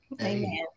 amen